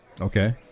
Okay